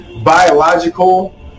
biological